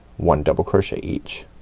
one double crochet each.